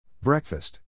Breakfast